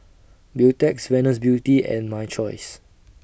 Beautex Venus Beauty and My Choice